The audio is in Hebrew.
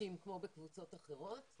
אנשים כמו בקבוצות אחרות.